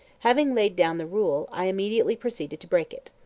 having laid down the rule, i immediately proceeded to break it.